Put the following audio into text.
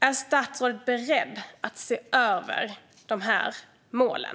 Är statsrådet beredd att se över de målen?